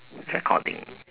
recording